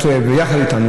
ביחד איתנו,